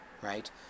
Right